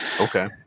okay